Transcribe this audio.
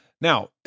Now